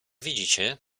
widzicie